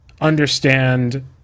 understand